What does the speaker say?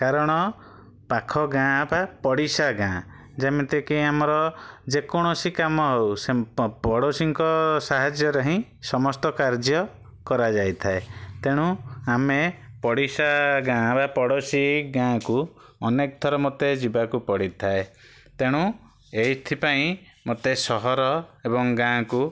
କାରଣ ପାଖ ଗାଁ ବା ପଡ଼ିଶା ଗାଁ ଯେମିତିକି ଆମର ଯେକୌଣସି କାମ ହଉ ପଡ଼ୋଶୀଙ୍କ ସାହାଯ୍ୟରେ ହିଁ ସମସ୍ତ କାର୍ଯ୍ୟ କରାଯାଇଥାଏ ତେଣୁ ଆମେ ପଡ଼ିଶା ଗାଁ ବା ପଡ଼ୋଶୀ ଗାଁକୁ ଅନେକଥର ମୋତେ ଯିବାକୁ ପଡ଼ିଥାଏ ତେଣୁ ଏଇଥିପାଇଁ ମୋତେ ସହର ଏବଂ ଗାଁକୁ